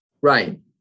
Right